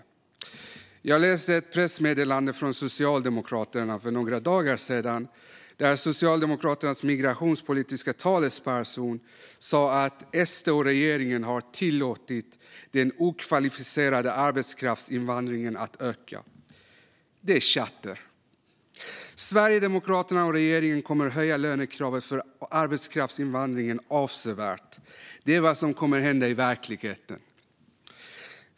Jag läste för några dagar sedan ett pressmeddelande från Socialdemokraterna där Socialdemokraternas migrationspolitiska talesperson sa att SD och regeringen har tillåtit den okvalificerade arbetskraftsinvandringen att öka. Det är tjatter. Sverigedemokraterna och regeringen kommer att höja lönekravet för arbetskraftsinvandringen avsevärt. Det är vad som kommer att hända i verkligheten.